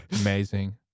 Amazing